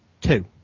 Two